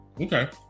okay